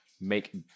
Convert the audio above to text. make